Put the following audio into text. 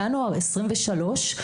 ינואר 2023,